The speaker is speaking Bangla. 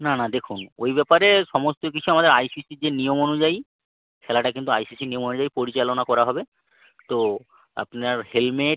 না না দেখুন ওই ব্যাপারে সমস্ত কিছু আমাদের আইসিসির যে নিয়ম অনুযায়ী খেলাটা কিন্তু আইসিসির নিয়ম অনুযায়ী পরিচালনা করা হবে তো আপনার হেলমেট